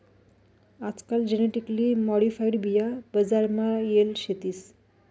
आजकाल genetically modified बिया बजार मा येल शेतीस